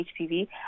HPV